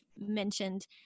mentioned